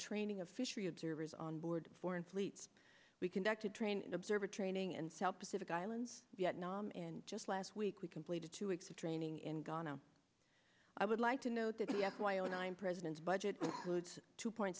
training of fishery observers on board foreign fleets we conducted train observer training and south pacific islands vietnam and just last week we completed two weeks of training in ghana i would like to note that the f y o nine president's budget loads two point